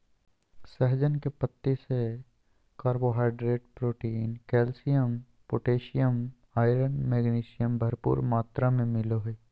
सहजन के पत्ती से carbohydrate, protein, calcium, potassium, iron, magnesium, भरपूर मात्रा में मिलो हइ